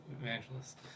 Evangelist